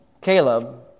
Caleb